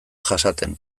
jasaten